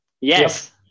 yes